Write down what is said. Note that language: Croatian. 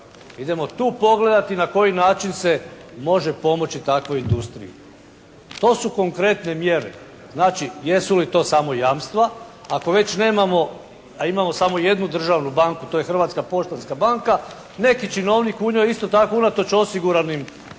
Idemo tu pogledati na koji način se može pomoći takvoj industriji. To su konkretne mjere. Znači jesu li to samo jamstva, ako već nemamo, a imamo samo jednu državnu banku, to je Hrvatska poštanska banka. Neki činovnik u njoj isto tako unatoč osiguranim